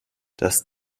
dass